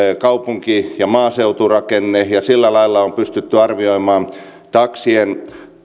kaupunki ja maaseuturakenne ja sillä lailla on pystytty arvioimaan taksien